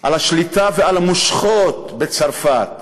על השליטה ועל המושכות בצרפת.